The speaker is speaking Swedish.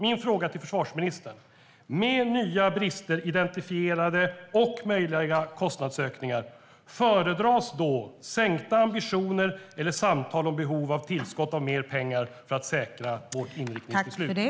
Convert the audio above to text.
Min fråga till försvarsministern är: Med nya brister identifierade och möjliga kostnadsökningar, föredras då sänkta ambitioner eller samtal om behov av tillskott av mer pengar för att säkra vårt inriktningsbeslut?